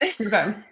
Okay